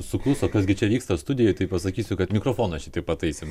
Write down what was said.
sukluso kas gi čia vyksta studijoj tai pasakysiu kad mikrofoną čia tik pataisėm